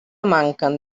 manquen